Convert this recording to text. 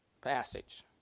passage